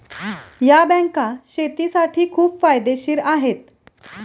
या बँका शेतीसाठी खूप फायदेशीर आहेत